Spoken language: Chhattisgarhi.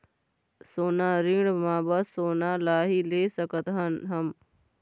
सोना ऋण मा बस सोना ला ही ले सकत हन हम?